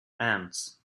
ants